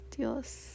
Dios